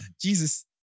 Jesus